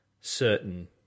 certain